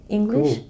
English